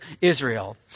Israel